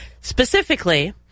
Specifically